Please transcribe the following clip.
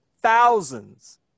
Thousands